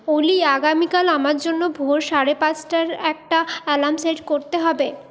অলি আগামীকাল আমার জন্য ভোর সাড়ে পাঁচটার একটা অ্যালার্ম সেট করতে হবে